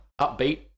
upbeat